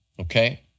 okay